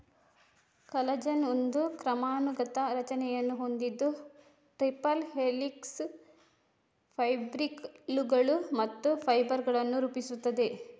collagen ಒಂದು ಕ್ರಮಾನುಗತ ರಚನೆಯನ್ನು ಹೊಂದಿದ್ದು ಟ್ರಿಪಲ್ ಹೆಲಿಕ್ಸ್, ಫೈಬ್ರಿಲ್ಲುಗಳು ಮತ್ತು ಫೈಬರ್ ಗಳನ್ನು ರೂಪಿಸುತ್ತದೆ